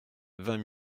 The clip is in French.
vingt